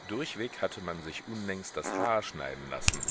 durchweg hatte man sich unlängst das haar schneiden lassen